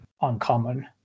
uncommon